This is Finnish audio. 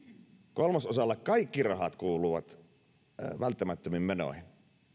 kolmasosalla kaikki rahat kuluvat välttämättömiin menoihin